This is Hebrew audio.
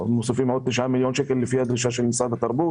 מוסיפים עוד 9 מיליון שקלים לפי דרישת משרד התרבות